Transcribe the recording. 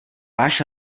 váš